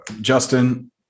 Justin